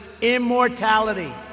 immortality